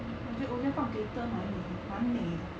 um 我觉得我觉放 glitter 蛮美蛮美的